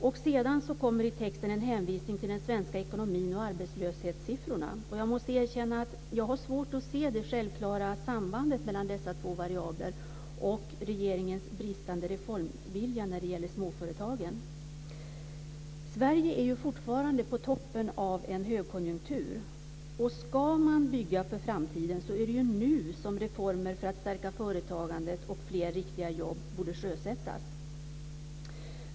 Och sedan kommer det i texten en hänvisning till den svenska ekonomin och arbetslöshetssiffrorna. Och jag måste erkänna att jag har svårt att se det självklara sambandet mellan dessa två variabler och regeringens bristande reformvilja när det gäller småföretagen. Sverige är ju fortfarande på toppen av en högkonjunktur, och om man ska bygga för framtiden så är det ju nu som reformer för att stärka företagandet och skapa fler riktiga jobb borde sjösättas.